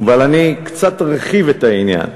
אבל אני קצת ארחיב את העניין,